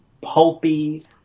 pulpy